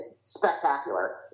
spectacular